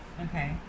Okay